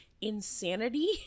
Insanity